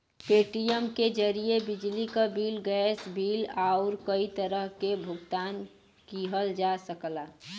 Paytm के जरिये बिजली क बिल, गैस बिल आउर कई तरह क भुगतान किहल जा सकला